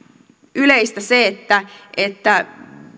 yleistä se että että